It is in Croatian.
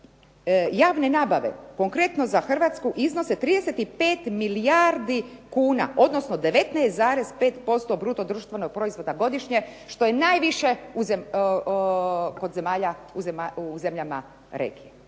javne nabave konkretno za Hrvatsku iznose 35 milijardi kuna, odnosno 19,5% bruto-društvenog proizvoda godišnje što je najviše u zemljama regije.